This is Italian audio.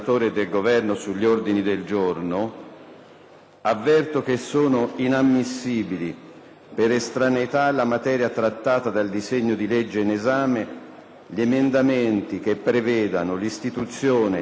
avverto che sono inammissibili per estraneità alla materia trattata dal disegno di legge in esame gli emendamenti che prevedano l'istituzione di nuovi organismi ministeriali